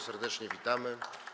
Serdecznie witamy.